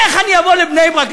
איך אני אבוא לבני-ברק,